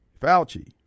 Fauci